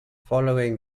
following